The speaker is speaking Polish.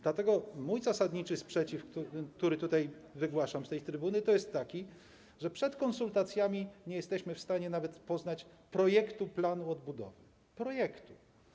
Dlatego mój zasadniczy sprzeciw, który zgłaszam z tej trybuny, jest taki, że przed konsultacjami nie jesteśmy w stanie nawet poznać projektu planu odbudowy - projektu.